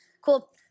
cool